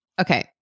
Okay